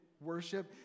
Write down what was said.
worship